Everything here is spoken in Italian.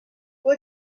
che